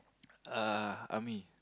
uh army